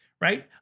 right